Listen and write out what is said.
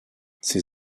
ses